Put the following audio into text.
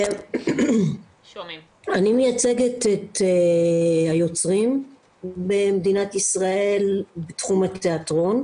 אני מייצגת את היוצרים במדינת ישראל בתחום התיאטרון.